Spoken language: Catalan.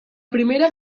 primera